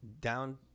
down